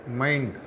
mind